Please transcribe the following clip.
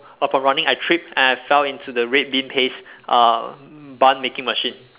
upon running I trip and I fell into the red bean paste uh bun making machine